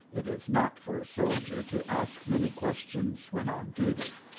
it is not for a soldier to ask many questions when on duty,